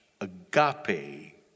agape